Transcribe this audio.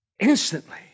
Instantly